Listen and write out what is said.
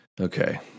Okay